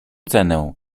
cenę